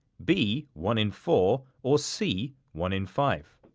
b one in four, or c one in five.